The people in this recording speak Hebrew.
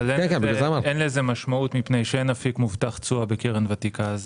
אין לזה משמעות מכיוון שאין אפיק מובטח תשואה בקרן ותיקה.